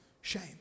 shame